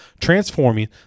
transforming